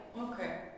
Okay